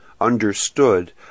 UNDERSTOOD